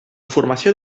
formació